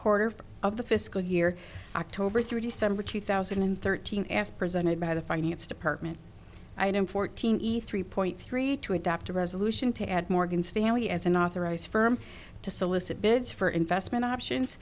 quarter of the fiscal year october through december two thousand and thirteen as presented by the finance department and fourteen e's three point three to adopt a resolution to add morgan stanley as an authorized firm to solicit bids for investment options